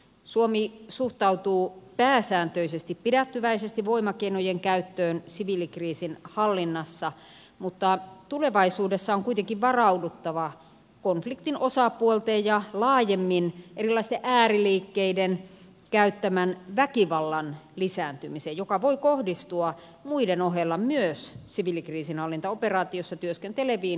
suomi suhtautuu pääsääntöisesti pidättyväisesti voimakeinojen käyttöön siviilikriisinhallinnassa mutta tulevaisuudessa on kuitenkin varauduttava konfliktin osapuolten ja laajemmin erilaisten ääriliikkeiden käyttämän väkivallan lisääntymiseen joka voi kohdistua muiden ohella myös siviilikriisinhallintaoperaatiossa työskenteleviin asiantuntijoihin